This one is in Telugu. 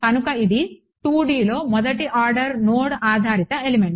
కనుక ఇది 2D లో మొదటి ఆర్డర్ నోడ్ ఆధారిత ఎలిమెంట్